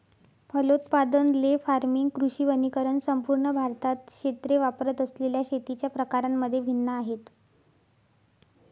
फलोत्पादन, ley farming, कृषी वनीकरण संपूर्ण भारतात क्षेत्रे वापरत असलेल्या शेतीच्या प्रकारांमध्ये भिन्न आहेत